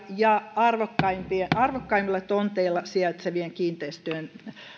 ja arvokkaimmilla tonteilla sijaitsevien kiinteistöjen